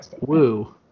woo